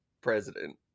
president